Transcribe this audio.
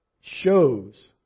shows